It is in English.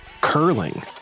curling